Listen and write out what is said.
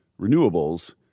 renewables